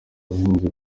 abahinzi